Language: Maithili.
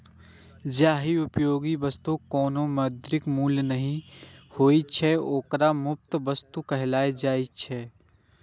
जाहि उपयोगी वस्तुक कोनो मौद्रिक मूल्य नहि होइ छै, ओकरा मुफ्त वस्तु कहल जाइ छै